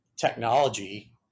technology